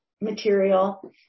material